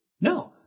No